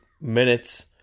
minutes